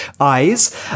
eyes